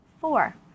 Four